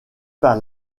par